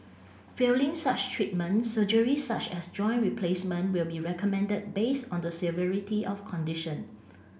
failing such treatment surgery such as joint replacement will be recommended based on the severity of condition